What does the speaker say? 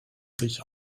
sich